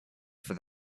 for